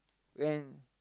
when